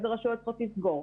איזה רשויות צריכות לסגור,